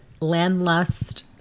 Landlust